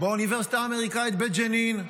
באוניברסיטה האמריקאית בג'נין,